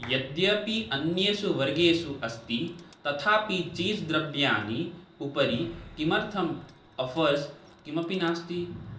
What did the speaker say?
यद्यपि अन्येषु वर्गेषु अस्ति तथापि चीस् द्रव्याणाम् उपरि किमर्थम् अफ़र्स् किमपि नास्ति